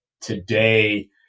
today